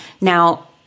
Now